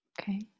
okay